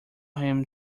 him